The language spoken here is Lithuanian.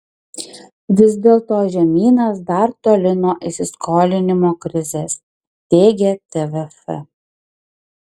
vis dėlto žemynas dar toli nuo įsiskolinimo krizės teigia tvf